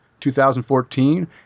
2014